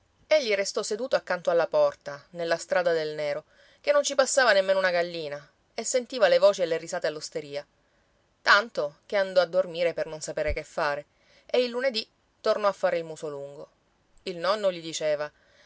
sfasciate egli restò seduto accanto alla porta nella strada del nero che non ci passava nemmeno una gallina e sentiva le voci e le risate all'osteria tanto che andò a dormire per non sapere che fare e il lunedì tornò a fare il muso lungo il nonno gli diceva